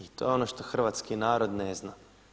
I to je ono što hrvatski narod ne zna.